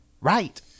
Right